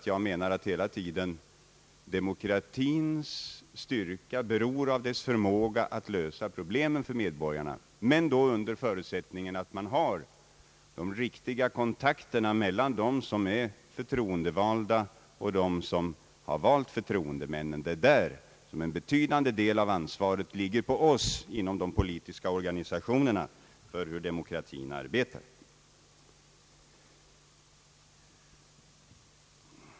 Jag menar därför att demokratins styrka hela tiden beror av dess förmåga att lösa problem för medborgarna, då under förutsättning att man har de riktiga kontakterna mellan dem som är förtroendevalda och dem som har valt förtroendemännen. Det är i det avseendet en betydande del av ansvaret ligger på oss inom de politiska organisationerna för hur demokratin arbetar.